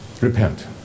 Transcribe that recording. Repent